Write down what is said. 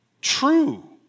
true